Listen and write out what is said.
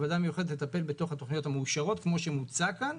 הוועדה המיוחדת תטפל בתכניות המאושרות כמו שמוצע כאן,